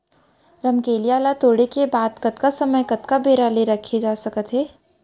रमकेरिया ला तोड़े के बाद कतका समय कतका बेरा ले रखे जाथे सकत हे?